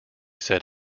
said